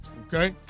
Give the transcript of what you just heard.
Okay